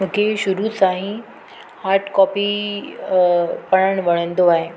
मूंखे शुरूअ सां ई हाड कॉपी पढ़ण वणंदो आहे